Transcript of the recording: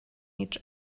each